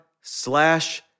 slash